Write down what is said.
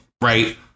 right